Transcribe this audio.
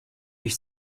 ich